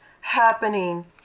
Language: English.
happening